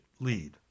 lead